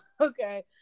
okay